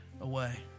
away